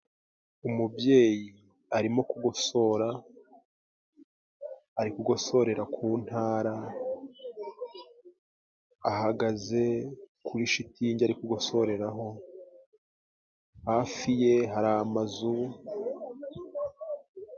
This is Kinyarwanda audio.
Umubyeyi arimo kugosora, ari kugosorera ku ntara, ahagaze kuri shitingi ari kugosoreraraho, hafi ye hari amazu.